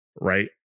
right